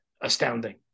astounding